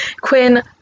Quinn